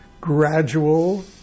gradual